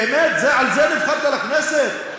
באמת, על זה נבחרת לכנסת?